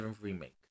Remake